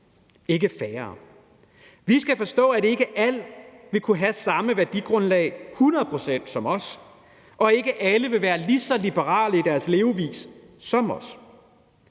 ikke færre. Vi skal forstå, at ikke alle vil kunne have hundrede procent samme værdigrundlag som os, og at ikke alle vil være lige så liberale i deres levevis som os.